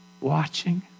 watching